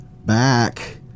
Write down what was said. back